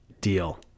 deal